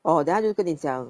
oh then 他就跟你讲